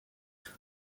were